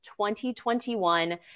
2021